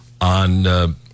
on